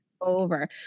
over